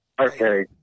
Okay